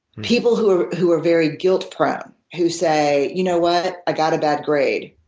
people who who are very guilt prone who say, you know what? i got a bad grade.